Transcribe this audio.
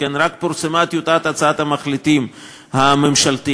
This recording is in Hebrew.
רק פורסמה טיוטת הצעת המחליטים הממשלתית,